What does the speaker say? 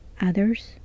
Others